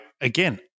again